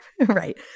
Right